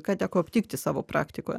ką teko aptikti savo praktikoje